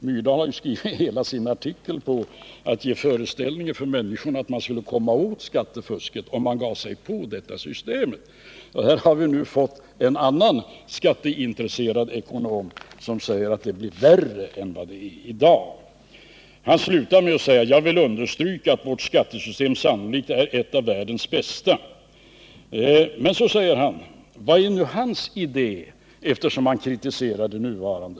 Myrdal har skrivit hela sin artikel för att ge människorna föreställningen att man skulle komma åt skattefusket om man gav sig på detta system. Men här kommer en annan skatteintresserad ekonom och säger att det blir värre än vad det är i dag. Edin slutar med att understryka att vårt skattesystem sannolikt är ett av världens bästa. Men vad är nu hans idé, eftersom han kritiserar det nuvarande?